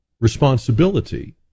responsibility